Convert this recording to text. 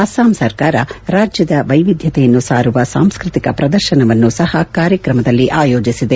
ಅಸ್ಸಾಂ ಸರ್ಕಾರ ರಾಜ್ಯದ ವೈವಿಧ್ಯತೆಯನ್ನು ಸಾರುವ ಸಾಂಸ್ಟ್ರತಿಕ ಪ್ರದರ್ಶನವನ್ನೂ ಸಹ ಕಾರ್ಯಕ್ರಮದಲ್ಲಿ ಆಯೋಜಿಸಿದೆ